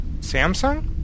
Samsung